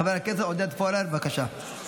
חבר הכנסת עודד פורר, בבקשה.